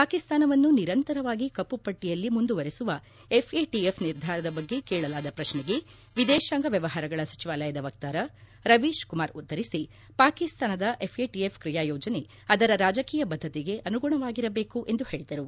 ಪಾಕಿಸ್ತಾನವನ್ನು ನಿರಂತರವಾಗಿ ಕಪ್ಪುಪಟ್ಟಯಲ್ಲಿ ಮುಂದುವರೆಸುವ ಎಫ್ಎಟಿಎಫ್ ನಿರ್ಧಾರದ ಬಗ್ಗೆ ಕೇಳಲಾದ ಪ್ರಕ್ನೆಗೆ ವಿದೇಶಾಂಗ ವ್ಲವಹಾರಗಳ ಸಚಿವಾಲಯದ ವಕ್ತಾರ ರವೀಶ್ ಕುಮಾರ್ ಉತ್ತರಿಸಿ ಪಾಕಿಸ್ತಾನದ ಎಫ್ಎಟಿಎಫ್ ಕ್ರಿಯಾ ಯೋಜನೆ ಅದರ ರಾಜಕೀಯ ಬದ್ದತೆಗೆ ಅನುಗುಣವಾಗಿರಬೇಕು ಎಂದು ಹೇಳಿದರು